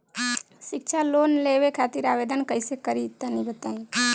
शिक्षा लोन लेवे खातिर आवेदन कइसे करि तनि बताई?